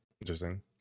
interesting